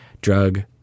drug